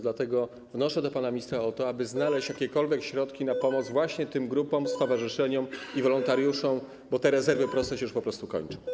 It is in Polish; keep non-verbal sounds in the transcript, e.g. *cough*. Dlatego wnoszę do pana ministra o to, aby znaleźć *noise* jakiekolwiek środki na pomoc właśnie tym grupom, stowarzyszeniom i wolontariuszom, bo te rezerwy już się po prostu kończą.